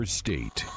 state